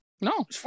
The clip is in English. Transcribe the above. no